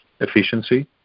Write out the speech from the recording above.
efficiency